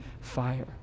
fire